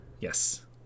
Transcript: Yes